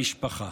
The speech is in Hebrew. המשפחה.